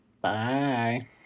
Bye